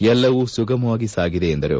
ಎಲ್ಲವೂ ಸುಗಮವಾಗಿ ಸಾಗಿದೆ ಎಂದರು